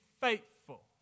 faithful